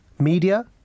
Media